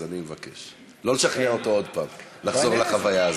אז אני מבקש שלא לשכנע אותו לחזור לחוויה הזאת.